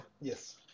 Yes